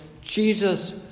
Jesus